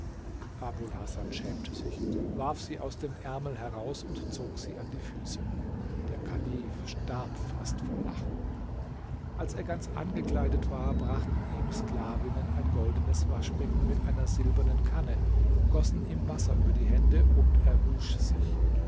hasan schämte sich warf sie aus dem ärmel heraus und zog sie an die füße der kalif starb fast vor lachen als er ganz angekleidet war brachten ihm sklavinnen ein goldenes waschbecken mit einer silbernen kanne gossen ihm wasser über die hände und er wusch sich